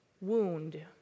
wound